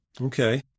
okay